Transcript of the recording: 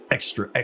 Extra